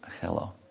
Hello